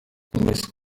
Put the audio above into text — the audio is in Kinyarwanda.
miss